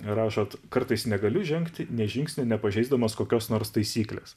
rašot kartais negali žengt nė žingsnio nepažeisdamas kokios nors taisyklės